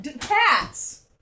cats